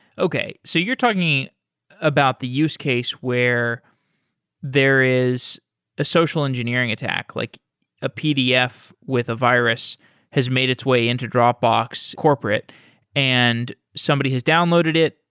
okay. so you're talking about the use case where there is a social engineering attack, like a pdf with a virus has made its way into dropbox corporate and somebody has downloaded it.